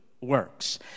works